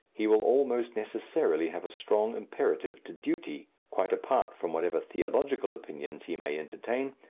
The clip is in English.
he will almost necessarily have a strong imperative to duty quite apart from whatever theological opinions he may entertain,